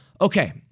Okay